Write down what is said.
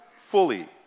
fully